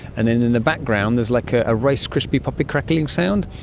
and then in the background there's like a ah rice-crispy popping crackly sound,